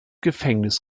gefängnis